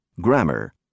Grammar